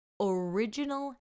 Original